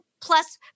plus